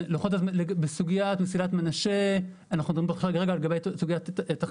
לכן הופתעתי מאוד לשמוע היום שהתחנה תוכננה בשביל תושבי